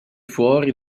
fuori